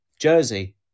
Jersey